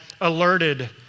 alerted